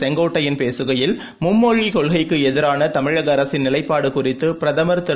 செங்கோட்டையன் பேசுகையில் மும்மொழிக் கொள்கைக்கு எதிரான தமிழக அரசின் நிலைப்பாடு குறித்து பிரதமர் திரு